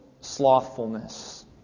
slothfulness